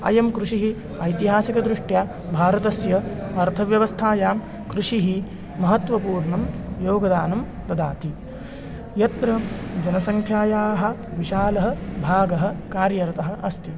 इयं कृषिः ऐतिहासिकदृष्ट्या भारतस्य अर्थव्यवस्थायां कृषिः महत्त्वपूर्णं योगदानं ददाति यत्र जनसङ्ख्यायाः विशालः भागः कार्यरतः अस्ति